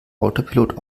autopilot